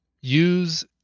use